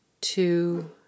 two